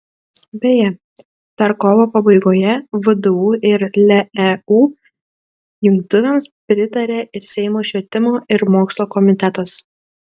beje dar kovo pabaigoje vdu ir leu jungtuvėms pritarė ir seimo švietimo ir mokslo komitetas